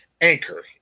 Anchor